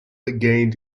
regained